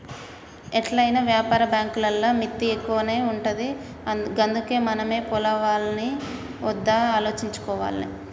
ఎట్లైనా వ్యాపార బాంకులల్ల మిత్తి ఎక్కువనే ఉంటది గందుకే మనమే పోవాల్నా ఒద్దా ఆలోచించుకోవాలె